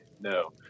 no